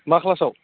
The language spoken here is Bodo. मा क्लासाव